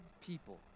people